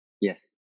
yes